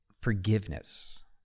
forgiveness